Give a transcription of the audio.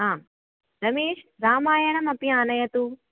आं रमेश रामायणमपि आनयतु